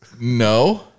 No